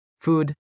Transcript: food